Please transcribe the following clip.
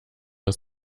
aus